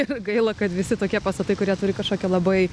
ir gaila kad visi tokie pastatai kurie turi kažkokią labai